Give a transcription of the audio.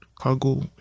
cargo